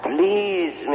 Please